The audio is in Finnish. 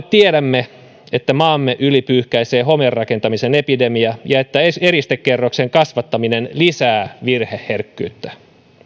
tiedämme että maamme yli pyyhkäisee homerakentamisen epidemia ja että eristekerroksen kasvattaminen lisää virheherkkyyttä